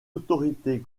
autorités